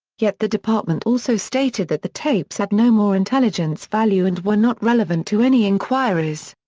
yet the department also stated that the tapes had no more intelligence value and were not relevant to any inquiries.